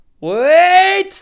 wait